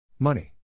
Money